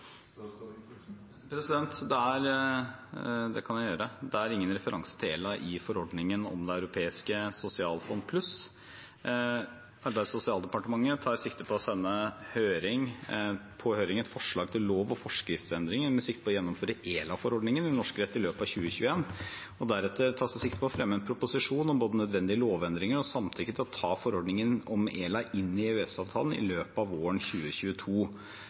sosialfond pluss. Arbeids- og sosialdepartementet tar sikte på å sende på høring et forslag til lov- og forskriftsendringer med sikte på å gjennomføre ELA-forordningen i norsk rett i løpet av 2021. Deretter tas det sikte på å fremme en proposisjon om både nødvendige lovendringer og samtykke til å ta forordningen om ELA inn i EØS-avtalen i løpet av våren 2022.